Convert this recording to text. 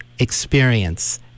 Experience